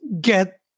get